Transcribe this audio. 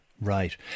Right